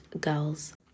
girls